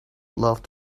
laughed